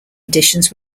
editions